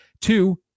Two